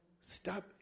Stop